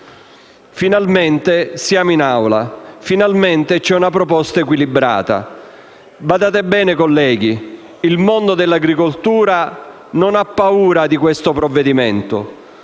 Finalmente siamo in Aula. Finalmente c'è una proposta equilibrata. Badate bene, colleghi, il mondo dell'agricoltura non ha paura del provvedimento